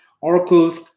Oracle's